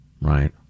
right